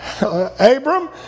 Abram